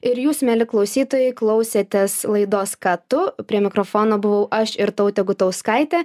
ir jūs mieli klausytojai klausėtės laidos ką tu prie mikrofono buvau aš irtautė gutauskaitė